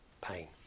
pain